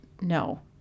No